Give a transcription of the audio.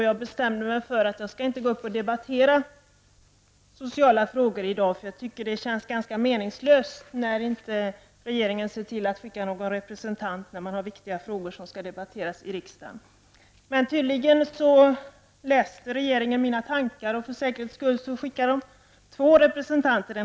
Jag bestämde mig för att inte gå upp att diskutera sociala frågor i dag, för det känns ganska meningslöst när inte regeringen ser till att skicka någon representant då viktiga frågor som skall debatteras i riksdagen. Regeringen läste tydligen mina tankar, och för säkerhets skull skickade den två representanter.